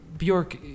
Bjork